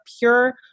pure